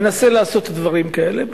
מנסה לעשות דברים כאלה,